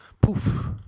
Poof